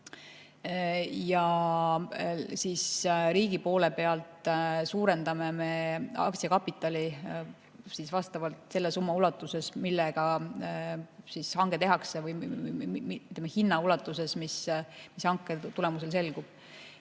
Ja siis me riigi poole pealt suurendame aktsiakapitali vastavalt selle summa ulatuses, millega hange tehakse, või hinna ulatuses, mis hanke tulemusel selgub.